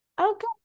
Okay